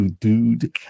dude